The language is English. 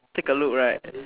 take a look right